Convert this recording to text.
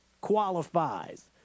qualifies